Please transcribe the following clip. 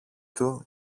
του